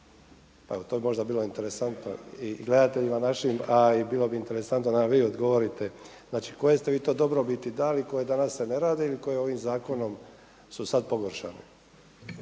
pa bi to možda bilo interesantno i gledateljima našim, a bilo bi interesantno da nam vi odgovorite. Znači koje ste vi to dobrobiti dali koje danas se ne rade ili koje ovim zakonom su sada pogoršane?